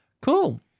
Cool